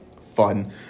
fun